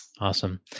Awesome